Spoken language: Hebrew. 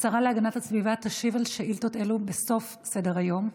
השרה להגנת הסביבה תשיב על שאילתות אלו בסוף סדר-היום,